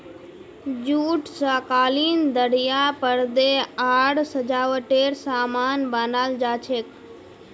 jute स कालीन दरियाँ परदे आर सजावटेर सामान बनाल जा छेक